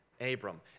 Abram